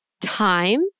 time